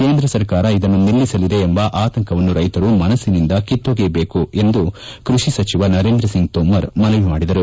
ಕೇಂದ್ರ ಸರ್ಕಾರ ಇದನ್ನು ನಿಲ್ಲಿಸಲಿದೆ ಎಂಬ ಆತಂಕವನ್ನು ರೈಶರು ಮನಸ್ಸಿನಿಂದ ಕಿತ್ತೊಗೆಯಬೇಕು ಎಂದು ಕ್ಕಷಿ ಸಚಿವ ನರೇಂದ್ರ ಸಿಂಗ್ ತೋಮರ್ ಮನವಿ ಮಾಡಿದರು